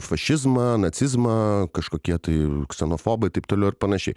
fašizmą nacizmą kažkokie tai ksenofobai taip toliau ir panašiai